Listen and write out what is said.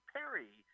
Perry